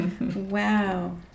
Wow